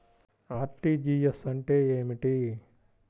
RTGS అంటే ఏమిటి?